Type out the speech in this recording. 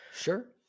Sure